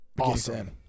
awesome